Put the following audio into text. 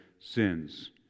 sins